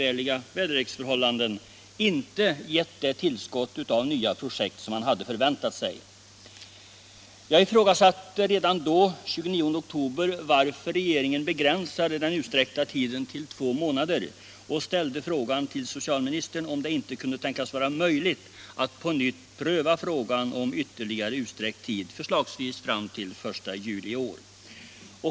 landen — inte gett det tillskott av nya projekt som man hade förväntat. Jag ifrågasatte redan den 29 oktober varför regeringen begränsade utsträckningen av tiden till två månader och ställde frågan till socialministern om det inte kunde tänkas vara möjligt att på nytt pröva frågan om ytterligare utsträckt tid, förslagsvis fram till den 1 juli i år.